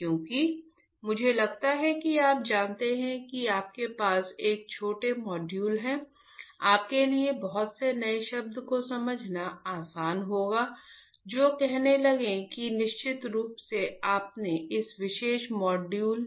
क्योंकि मुझे लगता है कि आप जानते हैं कि आपके पास एक छोटे मॉड्यूल हैं आपके लिए बहुत से नए शब्दों को समझना आसान होगा जो कहने लगे कि निश्चित रूप से आपने इस विशेष मॉड्यूल